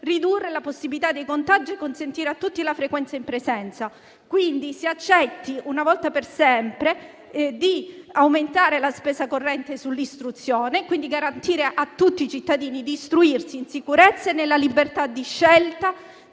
ridurre la possibilità di contagio e consentire a tutti la frequenza in presenza. Quindi si accetti, una volta per sempre, di aumentare la spesa corrente sull'istruzione, per garantire a tutti i cittadini di istruirsi in sicurezza e nella libertà di scelta